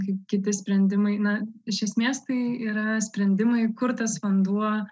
kaip kiti sprendimai na iš esmės tai yra sprendimai kur tas vanduo